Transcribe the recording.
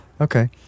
Okay